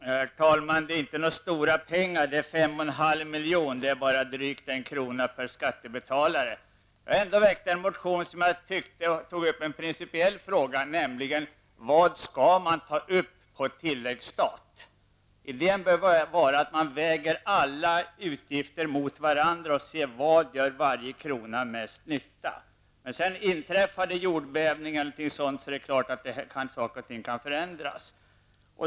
Herr talman! Det är inte fråga om några stora pengar. Det gäller 5,5 milj.kr., alltså bara drygt 1 kr. per skattebetalare. Jag har ändå väckt en motion där jag tar upp en fråga som jag tycker är principiell, nämligen vad man skall ta upp på tilläggsstat. Idén bör vara att man väger alla utgifter mot varandra och ser efter var varje krona gör mest nytta. Om det sedan inträffar en jordbävning eller något annat, är det klart att saker och ting kan förändras.